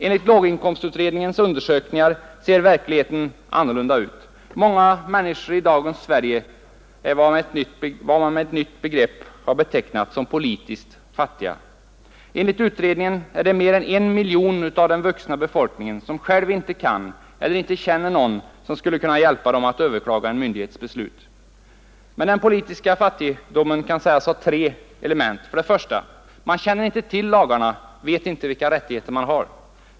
Enligt låginkomstutredningens undersökningar ser verkligheten annorlunda ut. Många människor i dagens Sverige är vad som med ett nytt begrepp kan betecknas som ”politiskt fattiga”. Och utredningen har klarlagt att det är mer än 1 miljon av den vuxna befolkningen som själva inte kan överklaga myndighets beslut och inte heller känner någon som skulle kunna hjälpa till med det. Den politiska fattigdomen kan sägas ha tre element: 1. Man känner inte till lagarna, vet inte vilka rättigheter man har.